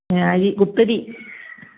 അരി കുത്തരി